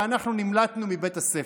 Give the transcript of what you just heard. ואנחנו נמלטנו מבית הספר.